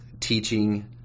teaching